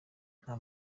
nta